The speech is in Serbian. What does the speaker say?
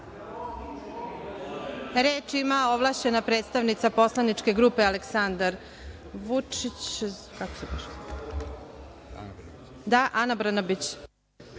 ima ovlašćena predstavnica poslaničke grupe Aleksandar Vučić, Ana Brnabić.